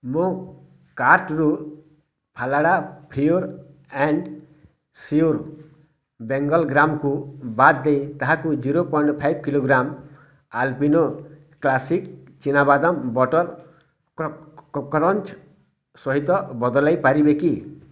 ମୋ କାର୍ଟ୍ରୁ ଫାଲାଡ଼ା ଫିୟର୍ ଆଣ୍ଡ ସିଓର୍ ବେଙ୍ଗଲ୍ ଗ୍ରାମ୍କୁ ବାଦ୍ ଦେଇ ତାହାକୁ ଜିରୋ ପଏଣ୍ଟ ଫାଇଭ୍ କିଲୋଗ୍ରାମ ଆଲପିନୋ କ୍ଲାସିକ୍ ଚିନା ବାଦାମ ବଟର୍ କୋକାନଟ୍ ସହିତ ବଦଲାଇ ପାରିବେ କି